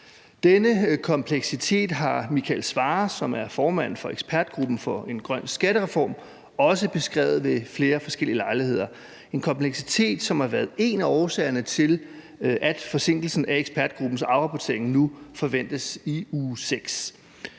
Denne kompleksitet har Michael Svarer, som er formand for ekspertgruppen for en grøn skattereform, også beskrevet ved flere forskellige lejligheder. Det er en kompleksitet, som har været en af årsagerne til forsinkelsen af ekspertgruppens afrapportering, som nu forventes i uge 6.